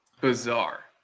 Bizarre